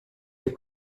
est